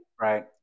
Right